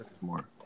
more